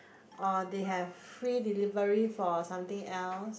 or they have free delivery for something else